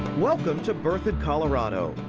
welcome to berthoud, colorado.